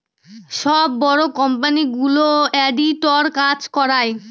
সব বড়ো কোম্পানিগুলো অডিটের কাজ করায়